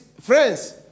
friends